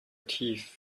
teeth